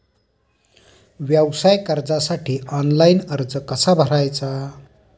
व्यवसाय कर्जासाठी ऑनलाइन अर्ज कसा भरायचा?